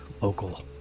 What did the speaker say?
local